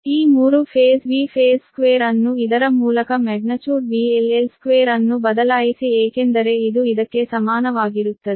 ಈ 3 phase Vphase2 ಅನ್ನು ಇದರ ಮೂಲಕ VL L2 ಅನ್ನು ಬದಲಾಯಿಸಿ ಏಕೆಂದರೆ ಇದು ಇದಕ್ಕೆ ಸಮಾನವಾಗಿರುತ್ತದೆ